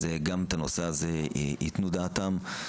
אז גם על הנושא הזה ייתנו דעתם.